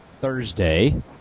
Thursday